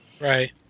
Right